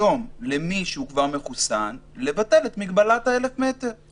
לבטל היום את מגבלת ה-1,000 מטרים למי שכבר מחוסן?